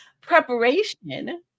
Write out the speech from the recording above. preparation